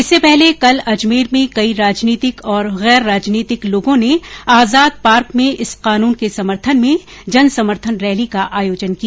इससे पहले कल अजमेर में कई राजनीतिक और गैर राजनीतिक लोगों ने आजाद पार्क में इस कानून के समर्थन में जन समर्थन रैली का आयोजन किया